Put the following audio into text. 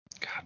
God